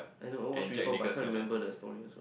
I know watch before but I can't remember the story also